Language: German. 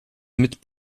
mit